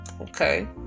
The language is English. okay